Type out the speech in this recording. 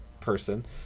person